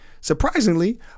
surprisingly